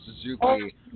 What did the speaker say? Suzuki